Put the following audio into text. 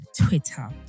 Twitter